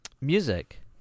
music